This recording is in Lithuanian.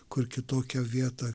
kur kitokią vietą